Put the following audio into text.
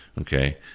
okay